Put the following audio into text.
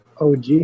OG